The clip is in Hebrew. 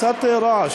קצת רעש,